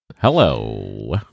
Hello